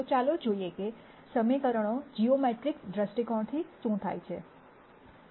તો ચાલો જોઈએ કે સમીકરણો જીઓમેટ્રિક્સ દ્રષ્ટિકોણથી શું થાય છે